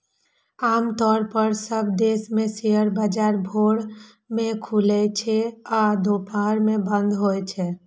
आम तौर पर सब देश मे शेयर बाजार भोर मे खुलै छै आ दुपहर मे बंद भए जाइ छै